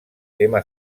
tema